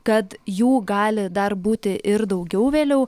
kad jų gali dar būti ir daugiau vėliau